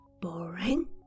boring